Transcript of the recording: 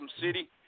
City